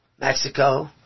Mexico